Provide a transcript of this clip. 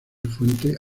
fuente